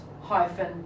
hyphen